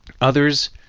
Others